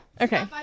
Okay